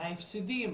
ההפסדים